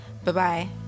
Bye-bye